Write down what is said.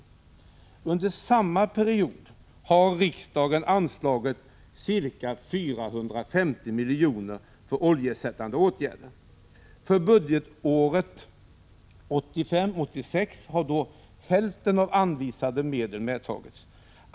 Under samma period har riksdagen anslagit sammanlagt ca 450 milj.kr. för oljeersättande åtgärder. För budgetåret 1985/86 har då hälften av anvisade medel medtagits.